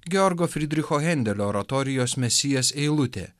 georgo frydricho hendelio oratorijos mesijas eilutė